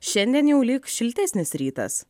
šiandien jau lyg šiltesnis rytas